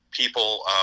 People